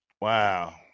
Wow